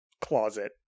closet